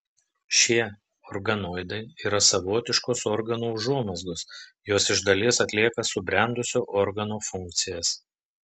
šie organoidai yra savotiškos organų užuomazgos jos iš dalies atlieka subrendusio organo funkcijas